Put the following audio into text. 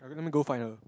when gonna go find her